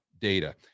data